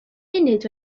munud